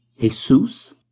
Jesus